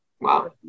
Wow